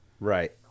right